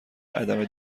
عدم